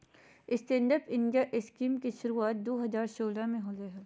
stand up India scheme के शुरुआत दू हज़ार सोलह में होलय हल